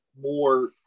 more